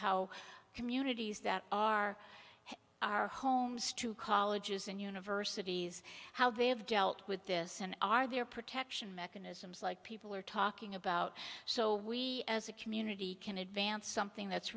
how communities that are our homes to colleges and universities how they have dealt with this and are there protection mechanisms like people are talking about so we as a community can advance something that's